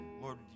Lord